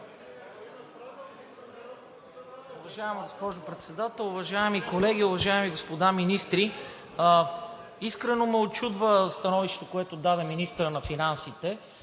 Уважаема госпожо Председател, уважаеми колеги, уважаеми господа министри! Искрено ме учудва становището, което даде министърът на финансите,